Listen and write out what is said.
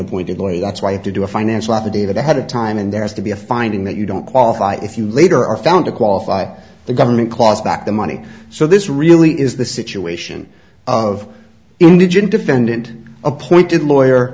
appointed lawyer that's right to do a financial affidavit ahead of time and there has to be a finding that you don't qualify if you later are found to qualify the government cost back the money so this really is the situation of indigent defendant appointed lawyer